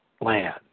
land